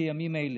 כימים האלה.